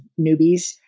newbies